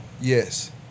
yes